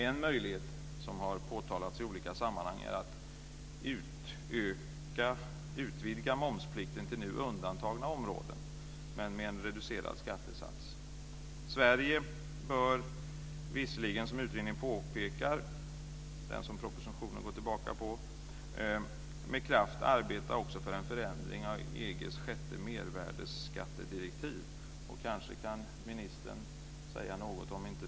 En möjlighet som har påtalats i olika sammanhang är att utvidga momsplikten till nu undantagna områden, men med en reducerad skattesats. Sverige bör visserligen, som den utredning som propositionen går tillbaka på påpekar, med kraft arbeta också för en förändring av EG:s sjätte mervärdesskattedirektiv. Kanske kan ministern säga något om detta.